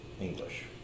english